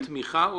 אי תמיכה או